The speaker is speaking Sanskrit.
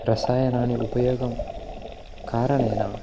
रसायनानाम् उपयोगं कारणेन